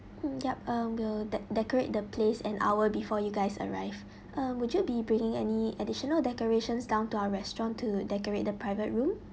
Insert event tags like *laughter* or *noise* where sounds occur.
mm yup um we'll de~ decorate the place an hour before you guys arrive *breath* um would you be bringing any additional decorations down to our restaurant to decorate the private room